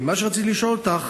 מה שרציתי לשאול אותך,